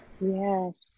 Yes